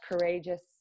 Courageous